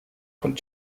von